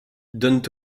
donnent